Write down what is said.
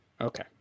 Okay